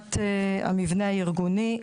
מבחינת המבנה הארגוני,